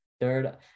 third